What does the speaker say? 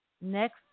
next